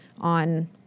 on